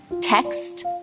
Text